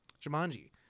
Jumanji